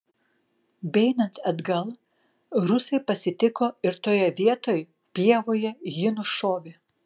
beeinant atgal rusai pasitiko ir toje vietoj pievoje jį nušovė